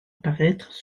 paraître